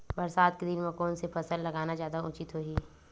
बरसात के दिन म कोन से फसल लगाना जादा उचित होही?